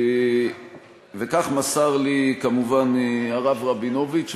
וכך מסר לי כמובן הרב רבינוביץ.